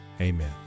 Amen